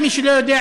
למי שלא יודע,